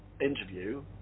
interview